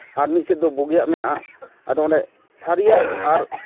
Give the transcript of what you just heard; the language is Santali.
ᱟᱨ ᱢᱤᱫ ᱥᱮᱫ ᱫᱚ ᱵᱩᱜᱤᱭᱟᱜ ᱢᱮᱱᱟᱜᱼᱟ ᱟᱫᱚ ᱚᱸᱰᱮ ᱥᱟᱹᱨᱤᱭᱟᱜ ᱟᱨ